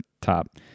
top